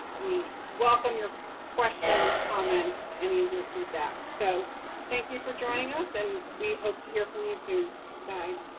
we welcome your questions, comments, any of your feedback. so thank you for joining us. and we hope to hear from you soon. bye.